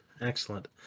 excellent